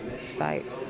site